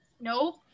nope